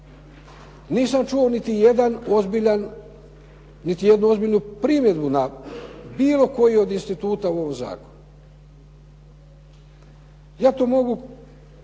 ozbiljan, niti jednu ozbiljnu primjedbu na bilo koji od instituta u ovom zakonu. Ja to mogu